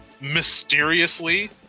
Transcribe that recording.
mysteriously